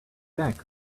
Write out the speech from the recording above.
back